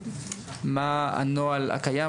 מה הנוהל הקיים,